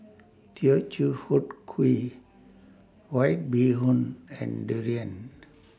Teochew Huat Kuih White Bee Hoon and Durian